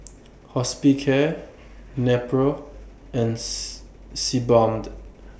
Hospicare Nepro and Sebamed